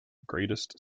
greatest